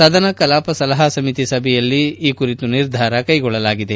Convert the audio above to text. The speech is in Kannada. ಸದನ ಕಲಾಪ ಸಲಹಾ ಸಮಿತಿ ಸಭೆಯಲ್ಲಿ ಈ ಕುರಿತು ನಿರ್ಧಾರ ಕೈಗೊಳ್ಳಲಾಗಿದೆ